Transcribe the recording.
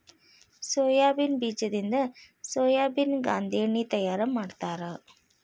soybean ಬೇಜದಿಂದ ಸೋಯಾಬೇನ ಗಾಂದೆಣ್ಣಿ ತಯಾರ ಮಾಡ್ತಾರ